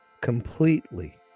completely